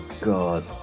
god